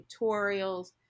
tutorials